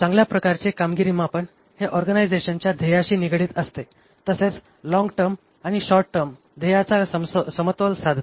चांगल्या प्रकारचे कामगिरी मापन हे ऑर्गनायझेशनच्या ध्येयाशी निगडित असते तसेच लॉन्ग टर्म आणि शॉर्ट टर्म ध्येयाचा समतोल साधते